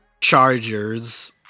Chargers